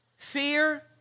Fear